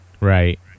right